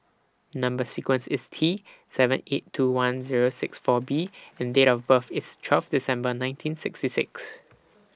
Number sequence IS T seven eight two one Zero six four B and Date of birth IS twelve December nineteen sixty six